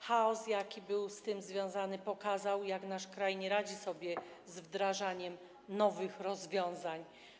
Chaos, jaki był z tym związany, pokazał, że nasz kraj nie radzi sobie z wdrażaniem nowych rozwiązań.